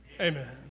Amen